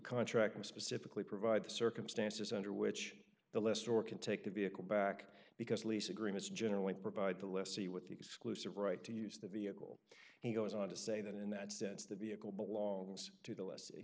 contract and specifically provide the circumstances under which the list or can take the vehicle back because lease agreements generally provide the lessee with the exclusive right to use the vehicle he goes on to say that in that sense the vehicle belongs to the lessee